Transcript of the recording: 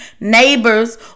neighbors